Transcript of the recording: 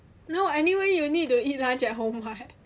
no anyway you need to eat lunch at home [what]